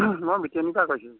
মই পৰা কৈছোঁ